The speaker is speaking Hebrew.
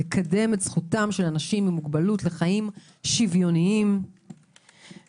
לקדם את זכותם של אנשים עם מוגבלות לחיים שוויוניים בהתאם